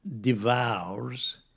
devours